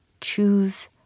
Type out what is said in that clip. choose